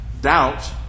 doubt